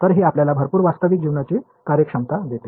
तर हे आपल्याला भरपूर वास्तविक जीवनाची कार्यक्षमता देते